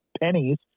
pennies